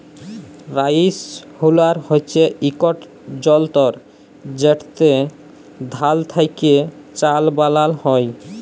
rice huller হছে ইকট যলতর যেটতে ধাল থ্যাকে চাল বালাল হ্যয়